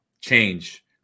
change